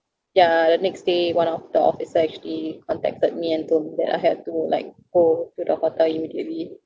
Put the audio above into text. ya the next day one of the officer actually contacted me and told that I have to like go to the hotel immediately